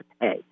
pay